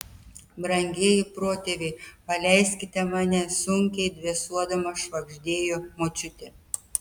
brangieji protėviai paleiskite mane sunkiai dvėsuodama švagždėjo močiutė